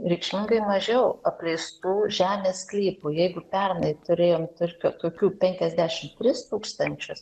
reikšmingai mažiau apleistų žemės sklypų jeigu pernai turėjom tarkim tokių penkiasdešimt tris tūkstančius